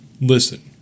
listen